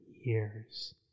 years